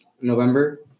November